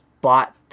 bought